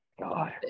god